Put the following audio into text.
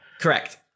correct